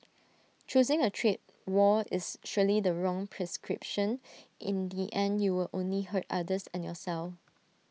choosing A trade war is surely the wrong prescription in the end you will only hurt others and yourself